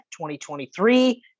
2023